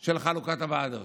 של חלוקת הוועדות.